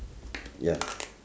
ya